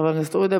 חבר הכנסת עודה,